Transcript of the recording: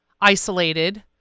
isolated